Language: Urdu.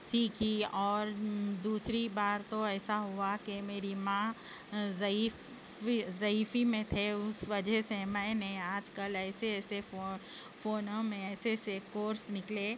سیکھی اور دوسری بار تو ایسا ہوا کہ میری ماں ضعیفی ضعیفی میں تھے اس وجہ سے میں نے آج کل ایسے ایسے فونوں میں ایسے ایسے کورس نکلے